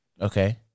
Okay